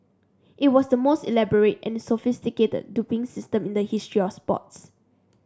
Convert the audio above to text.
it was the most elaborate and sophisticated doping system in the history or sports